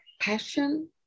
passion